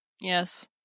Yes